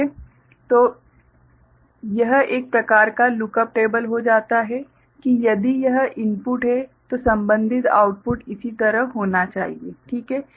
तो यह एक प्रकार का लुक अप टेबल हो जाता है कि यदि यह इनपुट है तो संबन्धित आउटपुट इसी तरह होना चाहिए ठीक है